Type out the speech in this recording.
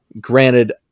granted